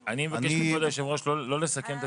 אני מבקש מכבוד היושב-ראש לא לסכם את